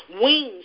wings